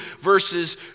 verses